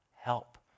help